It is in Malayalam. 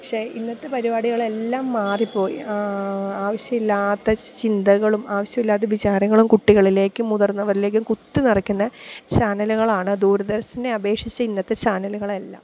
പക്ഷെ ഇന്നത്തെ പരിപാടികളെല്ലാം മാറിപ്പോയി ആവശ്യമില്ലാത്ത ചിന്തകളും ആവശ്യമില്ലാത്ത വിചാരങ്ങളും കുട്ടികളിലേക്കും മുതിർന്നവരിലേക്കും കുത്തിനിറയ്ക്കുന്ന ചാനലുകളാണ് ദൂരദർശനെ അപേക്ഷിച്ച് ഇന്നത്തെ ചാനലുകളെല്ലാം